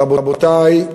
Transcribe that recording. רבותי,